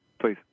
Please